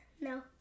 No